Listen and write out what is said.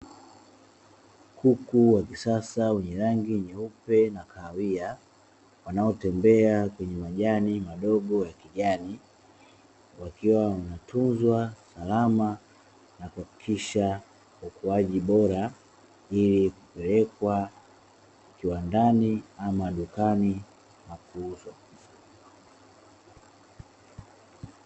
Kuku wa kisasa wenye rangi nyeupe na kahawia wanaotembea kwenye majani madogo ya kijani, wakiwa wanatunzwa salama na kuhakikisha ukuaji bora ili kupelekwa kiwandani ama dukani na kuuzwa.